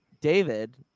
David